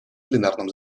пленарном